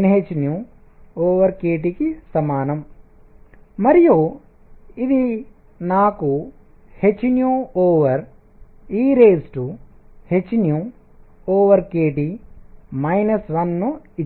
nhkT కి సమానం మరియు ఇది నాకు hehkT 1ను ఇచ్చింది